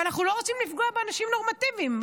ואנחנו לא רוצים לפגוע באנשים נורמטיביים,